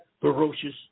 ferocious